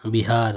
Bihar